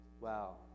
Wow